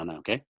okay